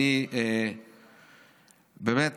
אני באמת